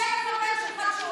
אולי החבר שלך,